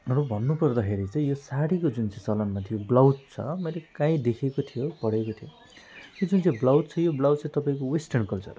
अरू भन्नुपर्दाखेरि चाहिँ साडीको जुन चाहिँ चलनमा त्यो ब्लाउज छ मैले काहीँ देखेको थियो पढेको थियो त्यो जुन चाहिँ ब्लाउज छ यो ब्लाउज चाहिँ तपाईँको वेस्टर्न कल्चर हो